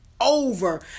over